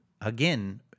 again